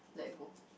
let go